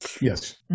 yes